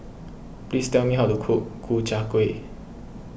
please tell me how to cook Ku Chai Kuih